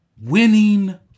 winning